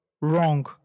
Wrong